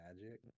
magic